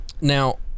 now